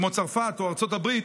כמו צרפת או ארצות הברית,